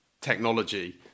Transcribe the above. technology